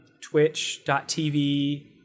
Twitch.tv